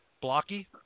Blocky